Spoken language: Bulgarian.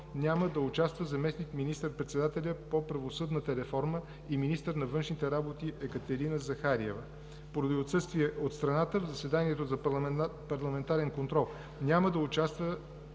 няма да участва заместник министър-председателят по правосъдната реформа и министър на външните работи Екатерина Захариева. Поради отсъствие от страната, в заседанието за парламентарен контрол няма да участват